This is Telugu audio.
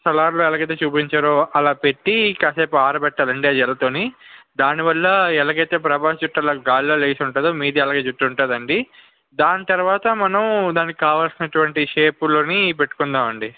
సలార్లో ఎలాగైతే చూపించారో అలా పెట్టి కాసేపు ఆరబెట్టాలి అండి ఆ జెల్తోని దానివల్ల ఎలాగైతే ప్రభాస్ జుట్టు అలా గాలిలో లేచి ఉంటుందో మీది అలాగే జుట్టు ఉంటుందండి దాని తరువాత మనం దానికి కావాల్సినటువంటి షేప్లోని పెట్టుకుందాము అండి